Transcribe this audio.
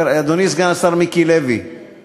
אדוני סגן השר מיקי לוי,